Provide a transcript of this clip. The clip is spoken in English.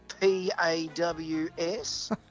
P-A-W-S